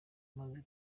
umaze